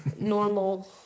normal